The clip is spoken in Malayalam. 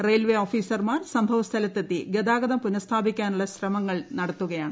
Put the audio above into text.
റെയിൽപ്പ് ഓഫീസർമാർ സംഭവസ്ഥലത്തെത്തി ഗതാഗതം പുനസ്ഥാപിക്കാനുള്ള ശ്രമങ്ങൾ നടത്തുകയാണ്